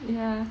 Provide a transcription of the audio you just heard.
ya